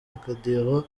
akadiho